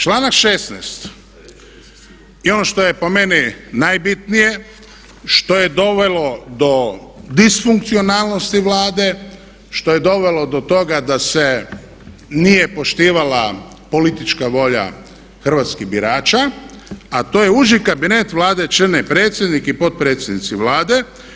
Članak 16. i ono što je po meni najbitnije što je dovelo do disfunkcionalnosti Vlade, što je dovelo do toga da se nije poštivala politička volja hrvatskih birača, a to je Uži kabinet Vlade čine predsjednik i potpredsjednici Vlade.